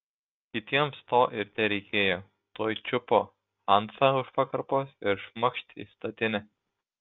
kitiems to ir tereikėjo tuoj čiupo hansą už pakarpos ir šmakšt į statinę